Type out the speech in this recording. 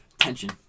Tension